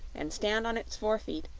and stand on its four feet,